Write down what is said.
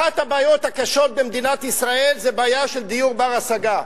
אחת הבעיות הקשות במדינת ישראל זה הבעיה של דיור בר-השגה.